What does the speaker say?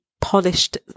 polished